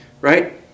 right